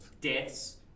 deaths